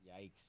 Yikes